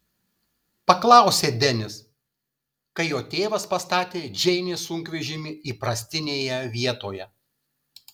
paklausė denis kai jo tėvas pastatė džeinės sunkvežimį įprastinėje vietoje